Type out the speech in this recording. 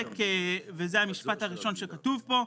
וזה המשפט הראשון שכתוב פה,